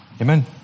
Amen